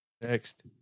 Next